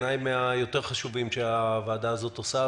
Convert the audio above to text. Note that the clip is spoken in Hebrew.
הדיון שאנחנו עושים היום הוא בעיניי מהיותר חשובים שהוועדה הזאת עושה,